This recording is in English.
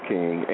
King